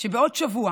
שבעוד שבוע